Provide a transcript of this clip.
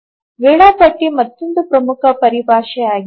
ವೇಳಾಪಟ್ಟಿ ಮತ್ತೊಂದು ಪ್ರಮುಖ ಪರಿಭಾಷೆಯಾಗಿದೆ